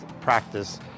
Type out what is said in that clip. practice